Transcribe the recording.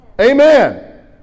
Amen